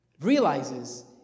realizes